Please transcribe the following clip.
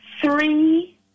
three